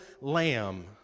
lamb